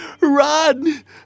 Run